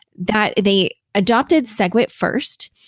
that they adopted segwit first.